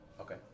Okay